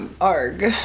Arg